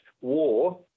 war